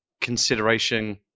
consideration